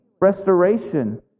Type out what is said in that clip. restoration